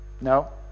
No